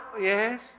Yes